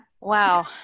Wow